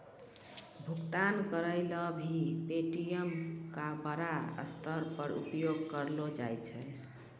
भुगतान करय ल भी पे.टी.एम का बड़ा स्तर पर उपयोग करलो जाय छै